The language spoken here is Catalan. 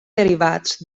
derivats